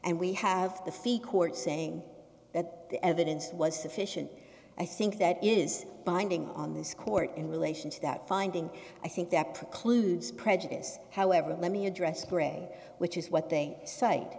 and we have the fi court saying that the evidence was sufficient i think that is binding on this court in relation to that finding i think that precludes prejudice however let me address grey which is what they cite